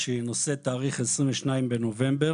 שנושאת את התעריך 22 בנובמבר